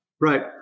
Right